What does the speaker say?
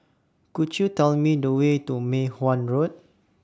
Could YOU Tell Me The Way to Mei Hwan Road